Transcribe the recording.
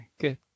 good